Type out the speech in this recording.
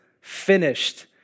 finished